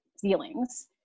feelings